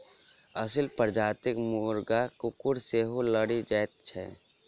असील प्रजातिक मुर्गा कुकुर सॅ सेहो लड़ि जाइत छै